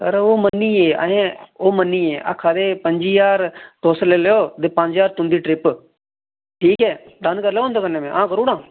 sir ओह् मन्नी गे अहें ओह् मन्नी गे आक्खा दे पं'जी ज्हार तुस लेई लैओ ते पंज ज्हार तुं'दी ट्रिप ठीक ऐ डन करी लै में उं'दे कन्ने में आं करू उड़ां